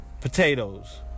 potatoes